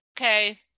okay